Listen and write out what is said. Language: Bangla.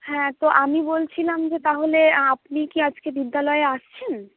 হ্যাঁ তো আমি বলছিলাম যে তাহলে আপনি কি আজকে বিদ্যালয়ে আসছেন